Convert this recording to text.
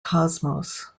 cosmos